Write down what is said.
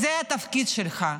זה התפקיד שלך,